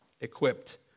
equipped